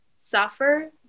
suffer